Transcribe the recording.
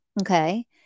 okay